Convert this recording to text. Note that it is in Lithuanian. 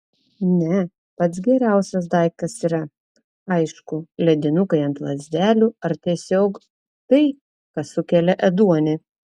ne pats geriausias daiktas yra aišku ledinukai ant lazdelių ar tiesiog tai kas sukelia ėduonį